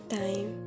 time